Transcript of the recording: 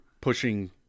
pushing